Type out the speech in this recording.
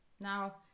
now